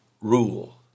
rule